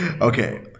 Okay